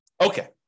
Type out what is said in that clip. Okay